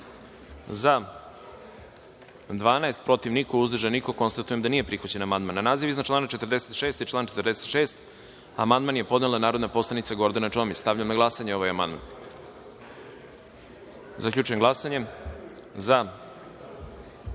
– 12, protiv – niko, uzdržan – niko. Konstatujem da je prihvaćen ovaj amandman. Na naziv iznad člana 46. i član 46. amandman je podnela narodna poslanica Gordana Čomić. Stavljam na glasanje ovaj amandman. Zaključujem glasanje: za